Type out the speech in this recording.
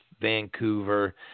Vancouver